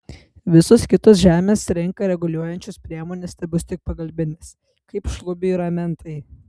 visos kitos žemės rinką reguliuojančios priemonės tebus tik pagalbinės kaip šlubiui ramentai